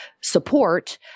support